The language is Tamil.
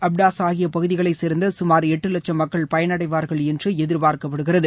அப்டாசா ஆகிய பகுதிகளைச் சேர்ந்த சுமார் எட்டு லட்சம் மக்கள் பயனடைவார்கள் என்று எதிர்பார்க்கப்படுகிறது